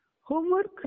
Homework